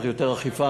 צריך יותר אכיפה,